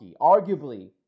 arguably